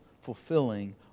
fulfilling